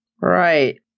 Right